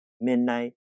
midnight